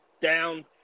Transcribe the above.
down